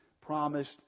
promised